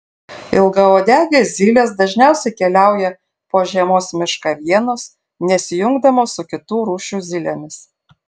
ilgauodegės zylės dažniausiai keliauja po žiemos mišką vienos nesijungdamos su kitų rūšių zylėmis